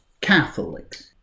Catholics